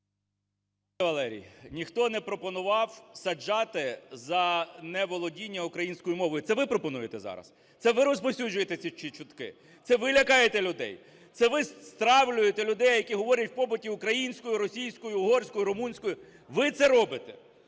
Пане Валерій, ніхто не пропонував саджати заневолодіння українською мовою. Це ви пропонуєте зараз, це ви розповсюджуєте ці чутки, це ви лякаєте людей, це ви стравлюєте людей, які говорять у побуті українською, російською, угорською, румунською. Ви це робите!